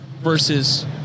versus